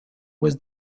was